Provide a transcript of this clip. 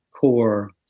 core